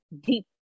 deep